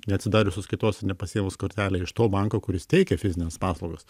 neatsidarius sąskaitos ir nepasiėmus kortelę iš to banko kuris teikia fizinias paslaugas